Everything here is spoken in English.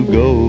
go